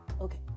Okay